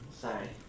Sorry